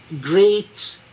great